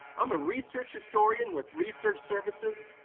i'm a research historian with research services,